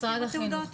משרד החינוך.